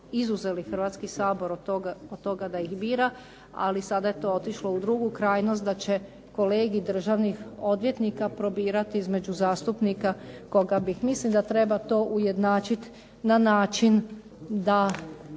izuzeli Hrvatski sabor od toga da ih bira. Ali sada je to otišlo u drugu krajnost, da će Kolegij državnih odvjetnika probirati između zastupnika koga bi. Mislim da treba to ujednačit na način da